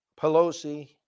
Pelosi